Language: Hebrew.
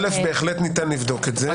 בהחלט ניתן לבדוק את זה.